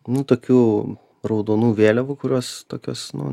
nu tokių raudonų vėliavų kurios tokios nu